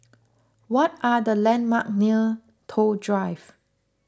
what are the landmarks near Toh Drive